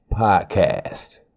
podcast